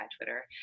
Twitter